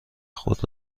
خود